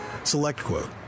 SelectQuote